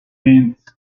minsk